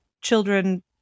children